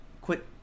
quit